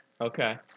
Okay